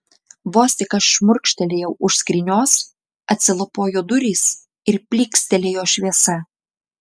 vos tik aš šmurkštelėjau už skrynios atsilapojo durys ir plykstelėjo šviesa